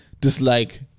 dislike